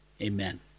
amen